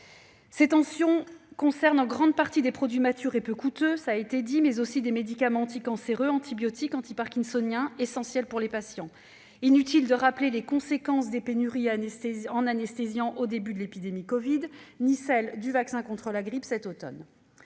Ces tensions concernent en grande partie des produits matures et peu coûteux, mais aussi des médicaments anticancéreux, antibiotiques et antiparkinsoniens, essentiels pour les patients. Il est inutile de rappeler les conséquences la pénurie en anesthésiants au début de l'épidémie de covid, ni celle du vaccin contre la grippe cet automne.